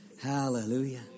Hallelujah